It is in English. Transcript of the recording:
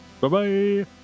Bye-bye